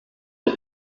der